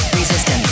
resistance